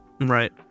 Right